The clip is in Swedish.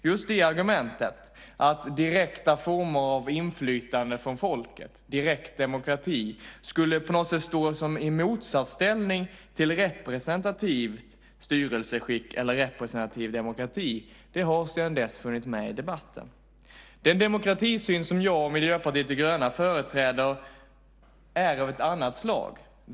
Just argumentet att direkta former av inflytande från folket, direkt demokrati, på något sätt skulle stå i motsatsställning till ett representativt styrelseskick eller en representativ demokrati har sedan dess funnits med i debatten. Den demokratisyn som jag och Miljöpartiet de gröna företräder är av ett annat slag.